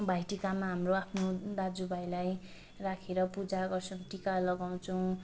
भाइटीकामा हाम्रो आफ्नो दाजुभाइलाई राखेर पूजा गर्छौँ टीका लगाउँछौँ